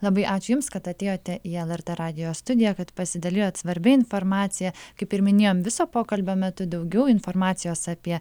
labai ačiū jums kad atėjote į lrt radijo studiją kad pasidalijot svarbia informacija kaip ir minėjom viso pokalbio metu daugiau informacijos apie